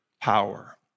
Power